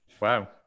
Wow